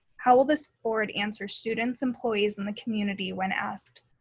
how will this board answer students, employees, and the community when asked,